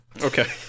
Okay